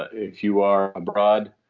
if you are abroad,